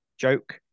joke